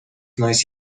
nice